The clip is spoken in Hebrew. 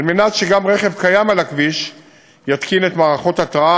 כדי שגם רכב קיים על הכביש יתקין את מערכות ההתרעה.